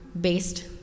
based